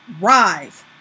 Rise